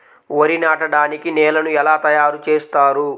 వరి నాటడానికి నేలను ఎలా తయారు చేస్తారు?